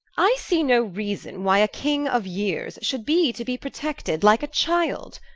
i see no reason, why a king of yeeres should be to be protected like a child,